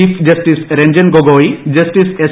chief justice Ranjan Gogoi justice S